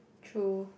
true